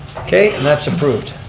okay, and that's approved.